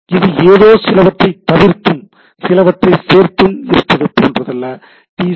எனவே இது ஏதோ சிலவற்றை தவிர்த்தும் சிலவற்றை சேர்த்தும் இருப்பது போன்றதல்ல டி